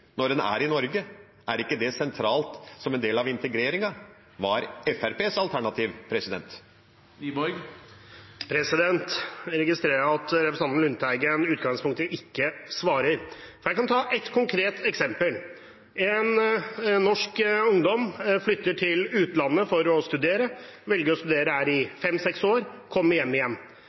når en er i Norge. Er ikke det sentralt, som en del av integreringen? Hva er Fremskrittspartiets alternativ? Jeg registrerer at representanten Lundteigen i utgangspunktet ikke svarer. Jeg kan ta ett konkret eksempel. En norsk ungdom flytter til utlandet for å studere og velger å studere der i fem–seks år. Han kommer hjem igjen